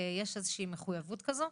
יש איזושהי מחויבות כזו.